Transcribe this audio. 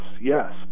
yes